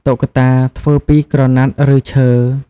តុក្កតា ធ្វើពីក្រណាត់ ឬឈើ។